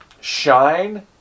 shine